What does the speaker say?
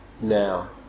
now